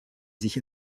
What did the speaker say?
sich